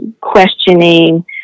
questioning